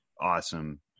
awesome